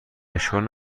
اشکال